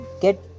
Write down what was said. get